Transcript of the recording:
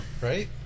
right